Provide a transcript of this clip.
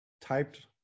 typed